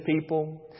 people